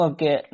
Okay